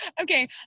Okay